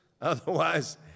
otherwise